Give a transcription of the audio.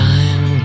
Time